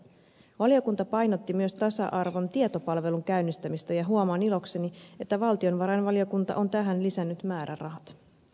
valiokunta painotti myös tasa arvon tietopalvelun käynnistämistä ja huomaan ilokseni että valtiovarainvaliokunta on tähän lisännyt määrärahat